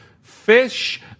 Fish